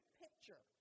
picture